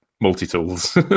multi-tools